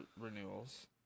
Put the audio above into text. renewals